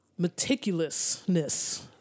meticulousness